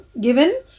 given